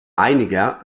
einiger